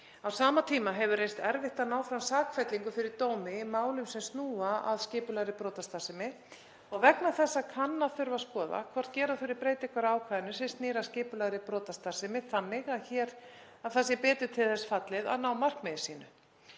Á sama tíma hefur reynst erfitt að ná fram sakfellingu fyrir dómi í málum sem snúa að skipulagðri brotastarfsemi og vegna þessa kann að þurfa að skoða hvort gera þurfi breytingar á ákvæðinu sem snýr að skipulagðri brotastarfsemi þannig að það sé betur til þess fallið að ná markmiði sínu.